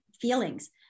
feelings